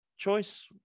choice